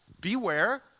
Beware